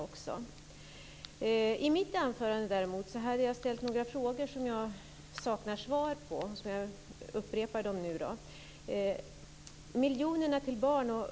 Jag ställde i mitt anförande jag några frågor som jag saknar svar på, och jag upprepar dem nu. Fru talman!